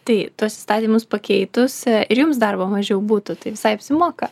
tai tuos įstatymus pakeitus ir jums darbo mažiau būtų tai visai apsimoka